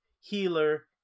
healer